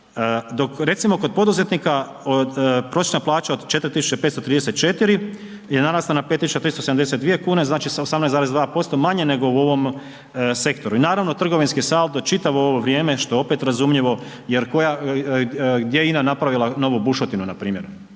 Dok recimo kod poduzetnika prosječna plaća od 4.534,00 je narasla na 5.372,00 kn, znači, sa 18,2% manje nego u ovom sektoru i naravno trgovinski saldo čitavo ovo vrijeme, što je opet razumljivo jer koja, gdje je INA napravila novu bušotinu npr., jel